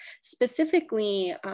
specifically